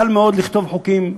קל מאוד לכתוב חוקים,